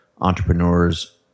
entrepreneurs